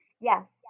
Yes